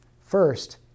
First